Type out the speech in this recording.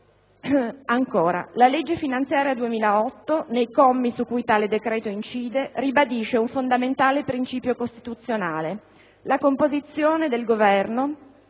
ultimo, la legge finanziaria 2008, nei commi sui cui tale decreto incide, ribadisce un fondamentale principio costituzionale: la composizione del Governo